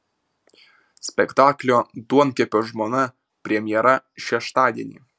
spektaklio duonkepio žmona premjera šeštadienį